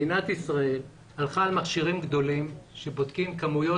מדינת ישראל הלכה על מכשירים גדולים שבודקים כמויות